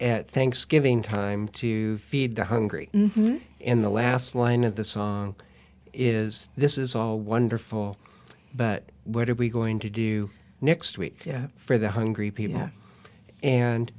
at thanksgiving time to feed the hungry in the last line of the song is this is all wonderful but what are we going to do next week for the hungry people and